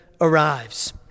arrives